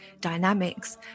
dynamics